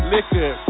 Liquor